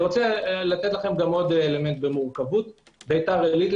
עוד אלמנט במורכבות - ביתר עלית,